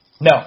No